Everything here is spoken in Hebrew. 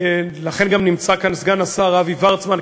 לכן גם נמצא כאן סגן השר אבי וורצמן.